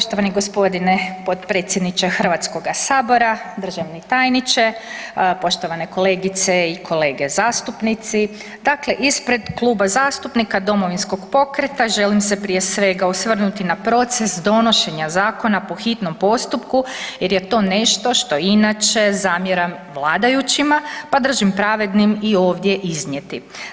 Poštovani gospodine potpredsjedniče Hrvatskoga sabora, državni tajniče, poštovane kolegice i kolege zastupnici, dakle ispred Kluba zastupnika Domovinskog pokreta želim se prije svega osvrnuti na proces donošena zakona po hitnom postupku jer je to nešto što inače zamjeram vladajućima pa držim pravednim i ovdje iznijeti.